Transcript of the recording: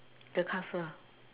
the castle